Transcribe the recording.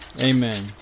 Amen